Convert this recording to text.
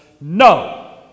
no